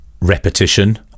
repetition